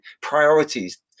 priorities